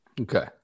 Okay